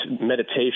meditation